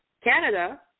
Canada